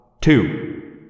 two